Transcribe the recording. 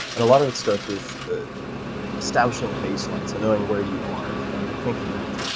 and a lot of it starts with establishing a baseline, so knowing where you are, and i think that,